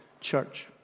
church